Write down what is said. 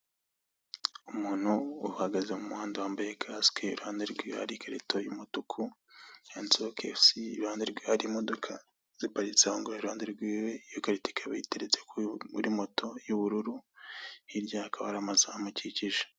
Umuntu uhagaze mu muhanda wambaye kasike iruhande rwe hari ikarito y'umutuku kandiseho kefisi, iruhande rwe hahagaze imodoka, iyo karito ikaba iteretse kuri moto y'unururi hirya hakaba hari amazu amukikije.